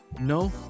No